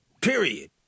period